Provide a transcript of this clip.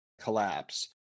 collapse